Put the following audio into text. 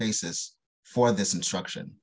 basis for this instruction